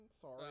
sorry